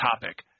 topic